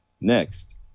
next